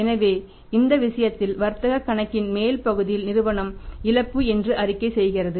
எனவே இந்த விசயத்தில் வர்த்தகக் கணக்கின் மேல் பகுதியில் நிறுவனம் இழப்பு என்று அறிக்கை செய்கிறது